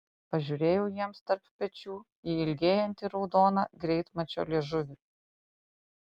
pažiūrėjau jiems tarp pečių į ilgėjantį raudoną greitmačio liežuvį